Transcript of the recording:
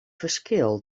ferskil